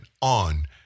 on